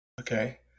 Okay